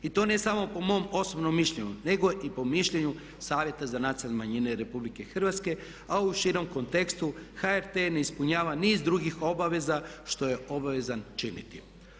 I to ne samo po mom osobnom mišljenju nego i po mišljenju Savjeta za nacionalne manjine RH a u širem kontekstu HRT ne ispunjava niz drugih obaveza što je obavezan činiti.